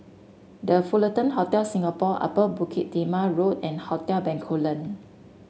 The Fullerton Hotel Singapore Upper Bukit Timah Road and Hotel Bencoolen